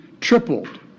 tripled